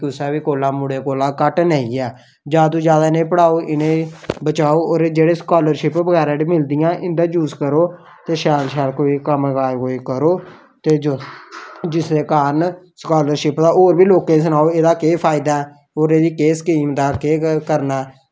की कोई साढ़े मुढ़े कोला घट्ट नेईं ऐ जादै तो जादै इनें ई पढ़ाओ बचाओ होर जेह्ड़ी स्कॉलरशिप बगैरा मिलदियां इंदा यूज़ करो ते शैल शैल कोई कम्म काज करो ते भेजो जिसदे कारण ते स्कॉलरशिप दा होर बी लोकें गी सनाओ एह्दा केह् फायदा होर एह्दी स्कीम दा केह् केह् करना